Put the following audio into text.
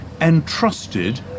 entrusted